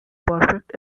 perfect